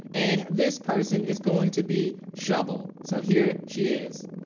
and this person is going to be shubble. so here she is.